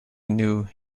knew